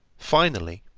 finally,